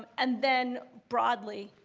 and then broadly